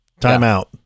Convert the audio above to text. timeout